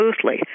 smoothly